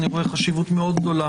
אני רואה חשיבות גדולה